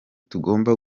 tugomba